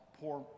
Poor